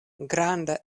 granda